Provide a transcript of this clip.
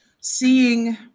seeing